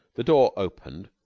the door opened,